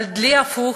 על דלי הפוך